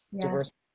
Diversity